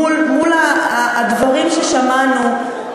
מול הדברים ששמענו,